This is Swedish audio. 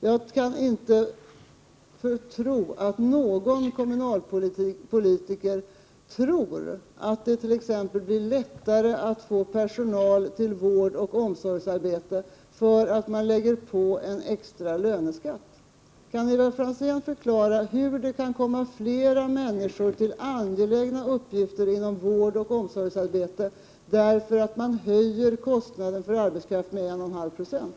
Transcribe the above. Jag kan inte föreställa mig att någon kommunalpolitiker tror att det t.ex. blir lättare att få personal till vårdoch omsorgsarbete bara därför att man lägger på en extra löneskatt. Kan Ivar Franzén förklara för mig hur en höjning av kostnaden för arbetskraft med 1,5 96 kan göra det möjligt att få fler människor att ägna sig åt de angelägna uppgifterna inom vårdoch omsorgsområdet?